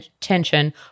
tension